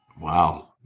Wow